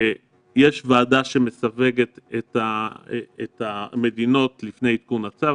יש ועדה שמסווגת את המדינות לפני עדכון השר,